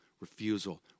Refusal